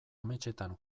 ametsetan